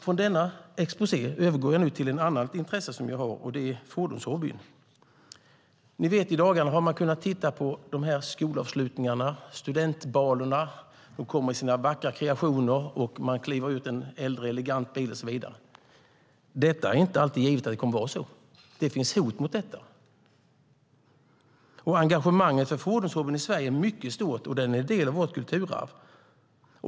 Från denna exposé övergår jag till ett annat intresse jag har, nämligen fordonshobbyn. I dagarna har vi kunnat titta på skolavslutningar och studentbaler. Studenterna kommer i sina vackra kreationer och kliver ur en äldre, elegant bil och så vidare. Det är inte givet att det alltid kommer att vara så. Det finns hot mot detta. Engagemanget för fordonshobbyn är mycket stort i Sverige, och den är en del av vårt kulturarv.